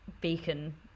beacon